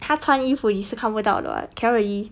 她穿衣服你是看不到的 [what] cannot really